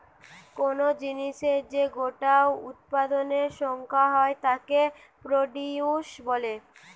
কুনো জিনিসের যে গোটা উৎপাদনের সংখ্যা হয় তাকে প্রডিউস বলে